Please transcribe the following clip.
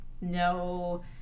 no